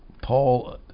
Paul